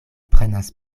prenas